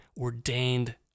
ordained